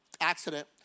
accident